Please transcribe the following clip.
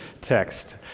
text